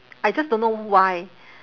I just don't know why